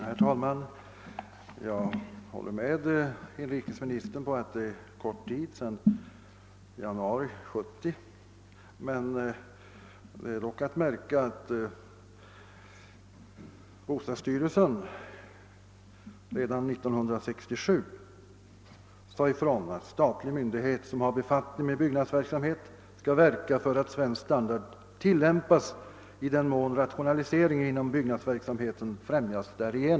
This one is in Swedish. Herr talman! Jag håller med inrikesministern om att det förflutit en kort tid sedan januari i år. Det är dock att märka att bostadsstyrelsen redan 1967 sade ifrån att statlig myndighet som har befattning med byggnadsverksamhet skall verka för att svensk standard tillämpas i den mån rationalisering inom byggnadsverksamheten främjas därigenom.